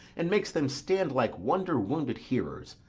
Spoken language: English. and makes them stand like wonder-wounded hearers?